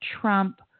Trump